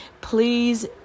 Please